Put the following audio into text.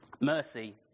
Mercy